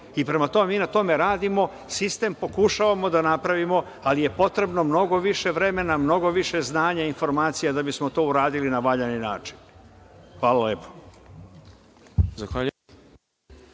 Prema tome, mi na tome radimo, sistem pokušavamo da napravimo, ali je potrebno mnogo više vremena, mnogo više znanja i informacija da bismo to uradili na valjani način. Hvala lepo.